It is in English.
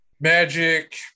magic